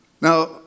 Now